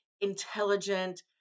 intelligent